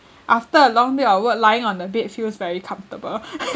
after a long day of work lying on the bed feels very comfortable